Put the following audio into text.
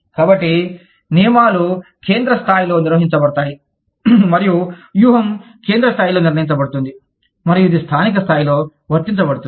కాబట్టి నియమాలు కేంద్ర స్థాయిలో నిర్ణయించబడతాయి మరియు వ్యూహం కేంద్ర స్థాయిలో నిర్ణయించబడుతుంది మరియు ఇది స్థానిక స్థాయిలో వర్తించబడుతుంది